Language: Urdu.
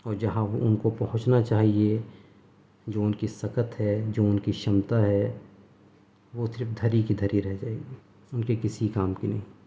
اور جہاں ان کو پہنچنا چاہیے جو ان کی سکت ہے جو ان کی شمتا ہے وہ صرف دھری کی دھری رہ جائے گی ان کے کسی کام کی نہیں